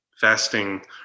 Fasting